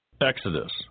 Exodus